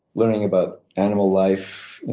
learning about animal life.